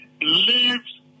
lives